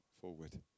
forward